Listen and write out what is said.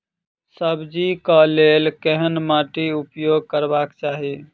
सब्जी कऽ लेल केहन माटि उपयोग करबाक चाहि?